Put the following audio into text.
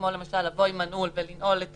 כמו לבוא עם מנעול ולנעול את